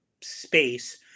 space